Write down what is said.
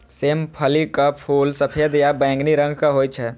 सेम फलीक फूल सफेद या बैंगनी रंगक होइ छै